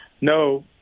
no